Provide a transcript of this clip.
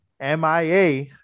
MIA